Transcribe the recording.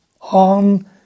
on